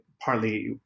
partly